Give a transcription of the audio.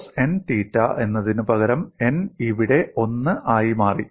cos n theta എന്നതിനുപകരം n ഇവിടെ 1 ആയി മാറി